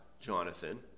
Jonathan